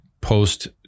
post